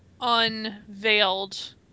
unveiled